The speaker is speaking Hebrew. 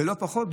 ולא פחות,